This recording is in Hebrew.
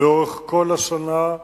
לאורך כל השנה,